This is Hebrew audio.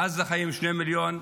בעזה חיים שני מיליון,